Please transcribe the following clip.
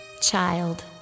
Child